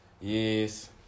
yes